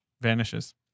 vanishes